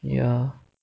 ya